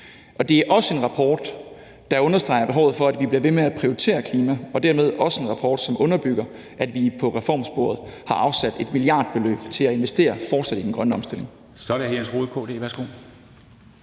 Det er også en rapport, som understreger behovet for, at vi bliver ved med at prioritere klimaområdet, og dermed er det også en rapport, som underbygger, at vi på reformsporet har afsat et milliardbeløb til fortsat at investere i den grønne omstilling.